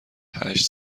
هشت